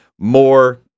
more